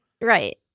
Right